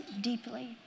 deeply